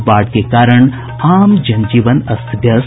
और बाढ़ के कारण आम जनजीवन अस्त व्यस्त